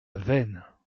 veynes